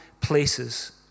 places